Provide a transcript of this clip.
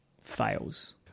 fails